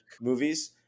movies